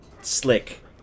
slick